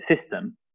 system